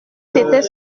c’était